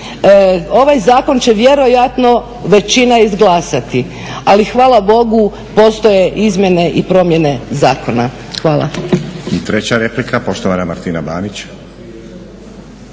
ovaj zakon će vjerojatno većina izglasati, ali hvala Bogu, postoje izmjene i promjene zakona. Hvala.